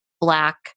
black